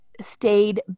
stayed